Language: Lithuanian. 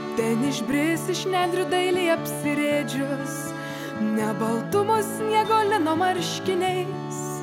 ten išbris iš nendrių dailiai apsirėdžius ne baltumo sniego lino marškiniais